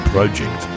Project